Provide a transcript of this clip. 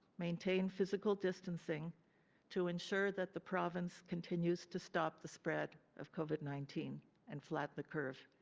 maintain physical distancing to ensure that the province continues to stop the spread of covid nineteen and flatten the curve.